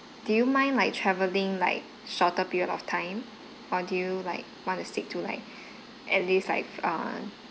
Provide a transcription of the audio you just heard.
do you mind like travelling like shorter period of time or do you like want to stick to like at least like err